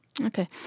Okay